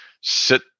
sit